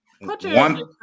One